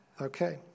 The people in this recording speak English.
Okay